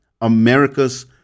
America's